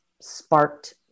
sparked